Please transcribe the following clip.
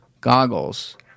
goggles